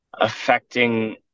affecting